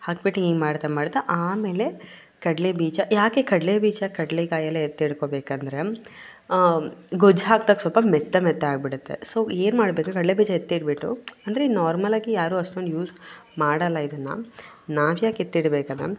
ಹಾಕ್ಬಿಟ್ಟು ಹಿಂಗಿಂಗೆ ಮಾಡ್ತಾ ಮಾಡ್ತಾ ಆಮೇಲೆ ಕಡಲೆಬೀಜ ಯಾಕೆ ಕಡಲೆಬೀಜ ಕಡಲೆಕಾಯೆಲ್ಲ ಎತ್ತಿಟ್ಕೊಬೇಕಂದರೆ ಗೊಜ್ಜು ಹಾಕ್ದಾಗ ಸ್ವಲ್ಪ ಮೆತ್ತ ಮೆತ್ತ ಆಗ್ಬಿಡುತ್ತೆ ಸೊ ಏನುಮಾಡ್ಬೇಕು ಕಡಲೆಬೀಜ ಎತ್ತಿಟ್ಟುಬಿಟ್ಟು ಅಂದರೆ ನಾರ್ಮಲಾಗಿ ಯಾರೂ ಅಷ್ಟೊಂದು ಯೂಸ್ ಮಾಡೋಲ್ಲ ಇದನ್ನ ನಾವ್ಯಾಕೆ ಎತ್ತಿಡಬೇಕದನ್ನು